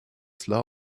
cela